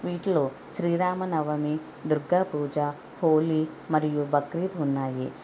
వీటిల్లో శ్రీరామనవమి దుర్గా పూజ హోలీ మరియు బక్రీద్ ఉన్నాయి